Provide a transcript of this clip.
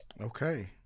Okay